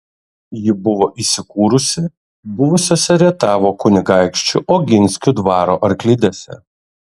ji buvo įsikūrusi buvusiose rietavo kunigaikščių oginskių dvaro arklidėse